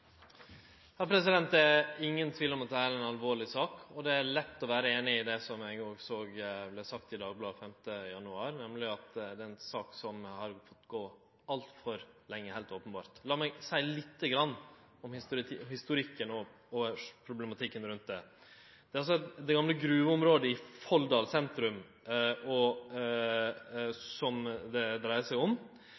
Det er ingen tvil om at dette er ei alvorleg sak, og det er lett å vere einig i det som eg òg såg vart sagt i Nationen 5. januar, nemleg at det er ei sak som har gått altfor lenge, heilt openbert. Lat meg seie litt om historikken og problematikken rundt det: Det er altså det gamle gruveområdet i Folldal sentrum det dreier seg om, og